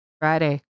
Friday